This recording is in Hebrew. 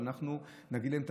ואנחנו נגיד להם,